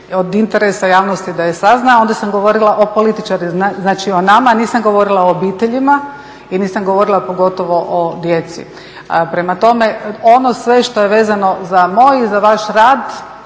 od interesa javnosti da je sazna, a onda sam govorila o političarima, znači o nama, nisam govorila o obiteljima i nisam govorila pogotovo o djeci. Prema tome, ono sve što je vezano za moj i za vaš rad